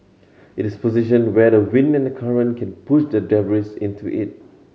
it is positioned where the wind and the current can push the debris into it